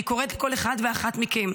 אני קוראת לכל אחד ואחת מכם: